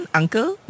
uncle